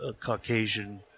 Caucasian